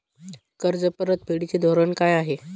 कर्ज परतफेडीचे धोरण काय आहे?